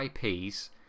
IP's